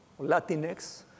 Latinx